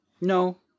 No